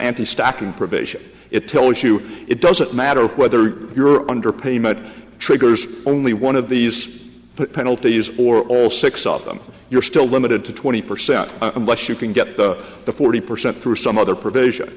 p stock and provision it tells you it doesn't matter whether you're under payment triggers only one of these penalties or all six of them you're still limited to twenty percent unless you can get the forty percent through some other provision